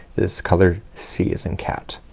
this color c is in cat.